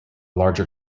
larger